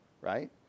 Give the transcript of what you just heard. right